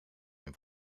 een